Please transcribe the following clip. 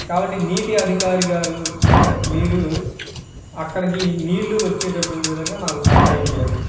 కాబట్టి నీటి అధికారి గారు మీరు అక్కడికి నీళ్ళు వచ్చేటటువంటి విధంగా నాకు సహాయం చేయాలి